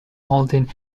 mauldin